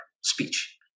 speech